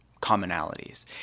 commonalities